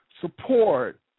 support